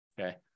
okay